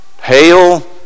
hail